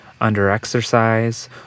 under-exercise